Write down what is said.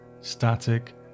Static